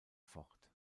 fort